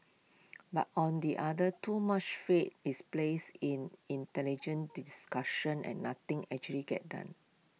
but on the other too much faith is placed in intelligent discussion and nothing actually gets done